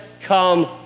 come